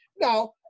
Now